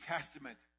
Testament